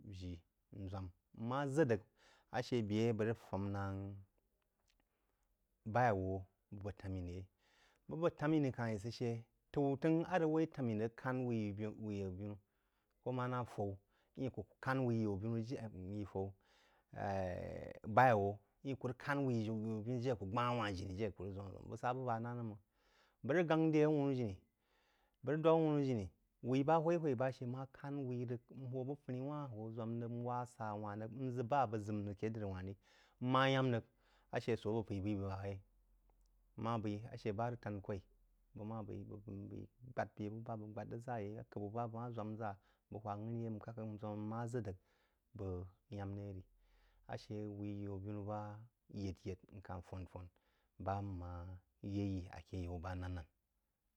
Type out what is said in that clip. Nmah zəd ríg a she bie a bəg rig fehn nang bai-awo bəg temini yai bəg bəg temini kah yi sid she təu-təng a rig woī temini rig khan whiyanbuu koh manah fawa kuh kehn wui yaubinu jire yí faru beí-awoo wuin kah kahn wui asusinu jire a kuh gbah wah jini jine a kuh rig zwam a zwam bəg sah bəg-bəg daun a she mang bəg rij sheng drí awhunu jini wui bah hoi bah she mah kahn hoo bəg whon funí uah nhoo zwam rig nwah asah wah rig nzəd bih abəg zəm rig keh dri waa rig nmah yahm rig a she suro a bəg pa bəi bəg-bəg a yai bəg mah bəi a she bah rig tan buh bəg kwoi bəg mah bəi bəg gbad beh nmah ghad-ghad zah yah beh buh bah a dəg mah zwam zah hwah gharí nmah zwam-zwam nmah zəj rí bəg yam re ri a she wui yanbinu bah yed-yed nfun fahn nbah nmah ye yi a ke yau bah nan-nan.